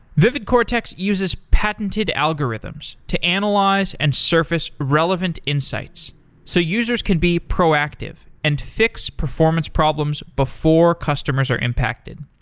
vividcortex uses patented algorithms to analyze and surface relevant insights so users can be proactive and fix performance problems before customers are impacted.